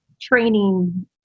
training